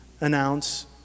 announce